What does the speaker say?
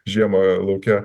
žiemą lauke